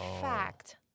fact